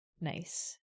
Nice